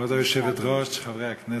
היושבת-ראש, חברי הכנסת,